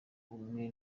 umwe